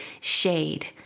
shade